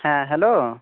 হ্যাঁ হ্যালো